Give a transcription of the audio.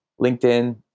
LinkedIn